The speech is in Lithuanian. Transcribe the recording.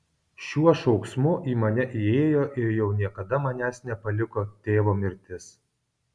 šiuo šauksmu į mane įėjo ir jau niekada manęs nepaliko tėvo mirtis